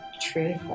truth